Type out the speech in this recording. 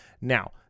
Now